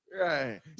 Right